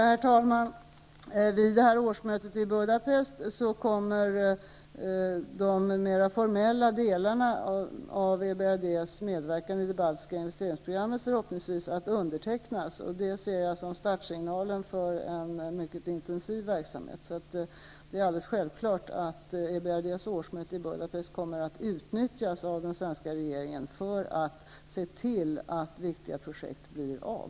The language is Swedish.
Herr talman! Vid årsmötet i Budapest kommer de mer formella delarna av EBRD:s medverkan i det baltiska investeringsprogrammet förhoppningsvis att undertecknas. Det ser jag som startsignalen för en mycket intensiv verksamhet. Det är alldeles självklart att EBRD:s årsmöte i Budapest kommer att utnyttjas av den svenska regeringen för att se till att riktiga projekt blir av.